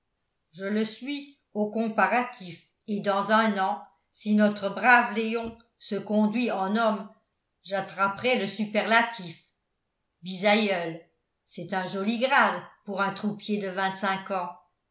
je le suis au comparatif et dans un an si notre brave léon se conduit en homme j'attraperai le superlatif bisaïeul c'est un joli grade pour un troupier de vingt-cinq ans